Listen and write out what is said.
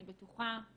אני בטוחה.